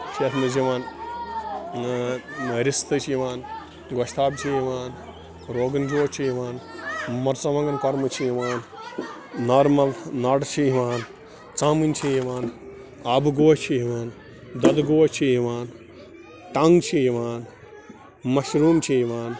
چھِ یَتھ منٛز یِوان رِستہٕ چھِ یِوان گۄشتاب چھِ یِوان روغن جوش چھِ یِوان مرژٕوانٛگَن کۄرمہٕ چھِ یِوان نارمَل ناٹہٕ چھِ یِوان ژامٕنۍ چھِ یِوان آبہٕ گوش چھِ یِوان دۄدٕ گوش چھِ یِوان ٹنٛگ چھِ یِوان مَشروٗم چھِ یِوان